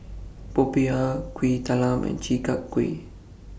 Popiah Kuih Talam and Chi Kak Kuih